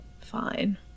fine